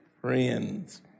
friends